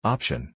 Option